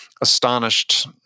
astonished